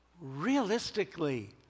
realistically